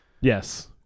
Yes